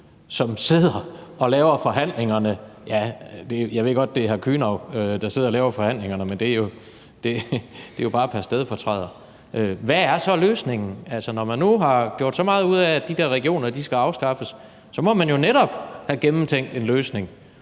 som sidder og laver forhandlingerne? Ja, jeg ved godt, at det er hr. Kühnau, der sidder og laver forhandlingerne, men det er jo bare pr. stedfortræder. Hvad er så løsningen? Når man nu har gjort så meget ud af, at de der regioner skal afskaffes, og når man nu erkender, at det er